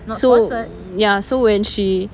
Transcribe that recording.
so ya so when she